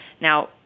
Now